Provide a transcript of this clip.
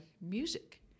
music